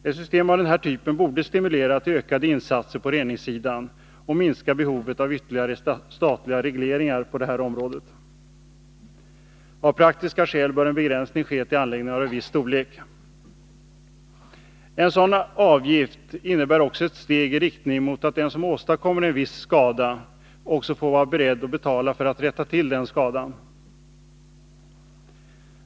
Ett system av den här typen borde stimulera till ökade insatser på reningssidan och minska behovet av ytterligare statliga regleringar på detta område. Av praktiska skäl bör en begränsning ske till anläggningar av en viss storlek. En sådan avgift innebär också ett steg i riktning mot att den som åstadkommer en viss skada också får vara beredd att betala för att rätta till denna.